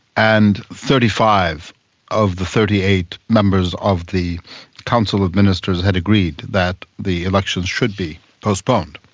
and thirty five of the thirty eight members of the council of ministers had agreed that the elections should be postponed.